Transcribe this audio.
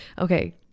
Okay